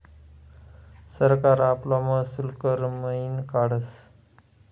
सरकार आपला महसूल कर मयीन काढस